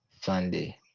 Sunday